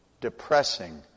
depressing